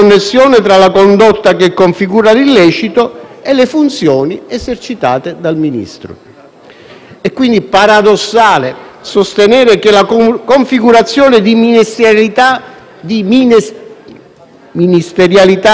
È quindi paradossale sostenere che la configurazione di ministerialità di un reato si arresti sulla soglia della lesione dei diritti fondamentali, quando il bene